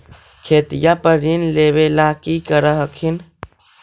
खेतिया पर ऋण लेबे ला की कर हखिन?